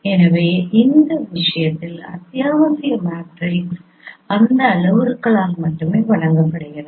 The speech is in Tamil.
எனவே அந்த விஷயத்தில் அத்தியாவசிய மேட்ரிக்ஸ் அந்த அளவுருக்களால் மட்டுமே வழங்கப்படுகிறது